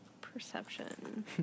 perception